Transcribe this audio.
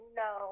no